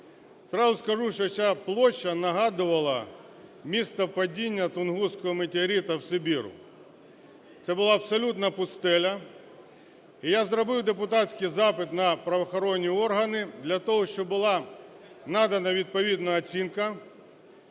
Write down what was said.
Зразу скажу, що ця площа нагадувала місто падіння Тунгуського метеориту в Сибіру, це була абсолютна пустеля. І я зробив депутатський запит на правоохоронні органи для того, щоб була надана відповідна оцінка